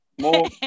More